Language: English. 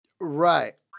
Right